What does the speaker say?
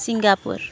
Singapore